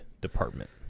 department